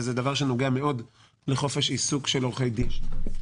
וזה דבר שנוגע מאוד לחופש עיסוק של עורכי דין.